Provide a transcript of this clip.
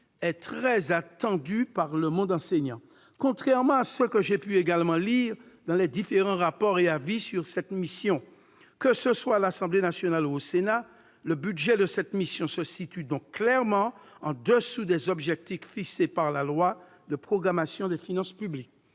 est très attendue par le monde enseignant. Contrairement à ce que j'ai pu lire dans les différents rapports et avis sur cette mission, que ce soit à l'Assemblée nationale ou au Sénat, son budget se situe donc clairement en deçà des objectifs fixés par la loi de programmation des finances publiques.